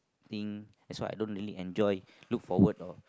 I think that's why I don't really enjoy look forward or